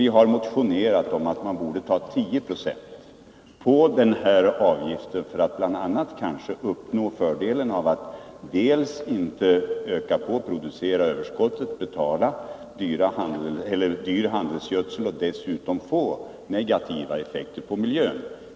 Vi har motionerat om en avgift på 10 9o för att motverka att man genom för stora mängder dyr handelsgödsel får en ökning av ett oekonomiskt överskott, som också ger negativa effekter på miljön.